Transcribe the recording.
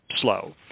slow